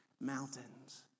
Mountains